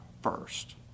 first